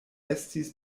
estis